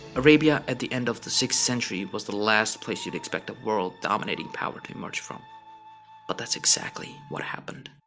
arabia at the end of the sixth century was the last place you'd expect a world dominating power to emerge from but that's exactly what happened.